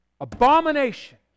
Abomination